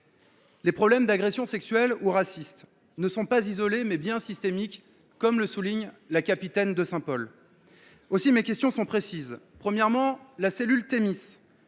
Les problèmes d’agressions sexuelles ou racistes ne sont pas isolés, mais bien systémiques, comme le souligne la capitaine Saint Paul. Madame la secrétaire d’État, mes questions sont précises. Premièrement, la cellule Thémis